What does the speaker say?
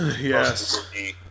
Yes